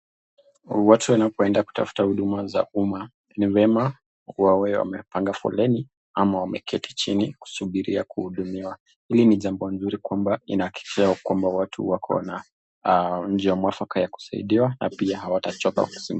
Watu wanapenda kutafuta huduma za umma ni vema kuwa wawe wamepanga foleni ama wameketi chini kusubiria kuhudumiwa, hili ni jambo mzuri sanaa linahakikisha kwamba watu wakona njia mwafaka wa kusaidiwa na pia hawatachoka kusimama.